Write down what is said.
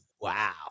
Wow